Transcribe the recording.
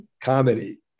comedy